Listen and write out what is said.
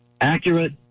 accurate